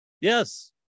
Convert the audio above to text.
yes